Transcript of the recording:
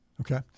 okay